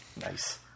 Nice